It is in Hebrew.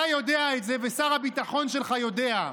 אתה יודע את זה, ושר הביטחון שלך יודע.